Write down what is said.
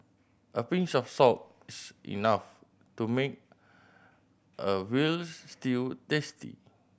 a pinch of salt enough to make a veal stew tasty